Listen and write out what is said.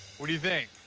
what do you think?